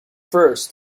first